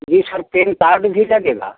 जी sir PAN card भी लगेगा